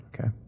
Okay